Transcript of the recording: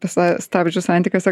visa stabdžių santykiuose